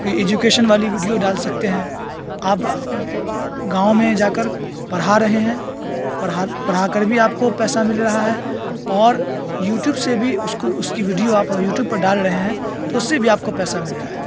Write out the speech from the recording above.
education والی video ڈال سکتے ہیں آپ گاؤں میں جا کر پڑھا رہے ہیں پڑھا پڑھا کر بھی آپ کو پیسہ مل رہا ہے اور یو ٹیوب سے بھی اس اس کی ویڈیو آپ یو ٹیوب پر ڈال رہے ہیں تو اس سے بھی آپ کو پیسہ مل رہا ہے